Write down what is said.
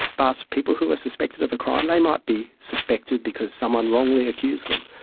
but so people who are suspected of a crime, they might be suspected because someone wrongly accused them,